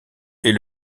est